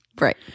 Right